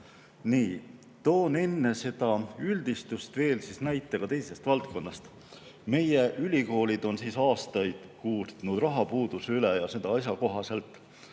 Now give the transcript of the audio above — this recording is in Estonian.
Toon enne seda üldistust näite ka teisest valdkonnast. Meie ülikoolid on aastaid kurtnud rahapuuduse üle, ja seda asjakohaselt.